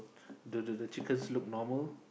the the the chicken look normal